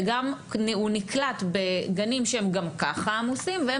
והוא גם נקלט בגנים שהם גם ככה עמוסים והם